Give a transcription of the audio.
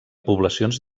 poblacions